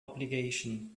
obligation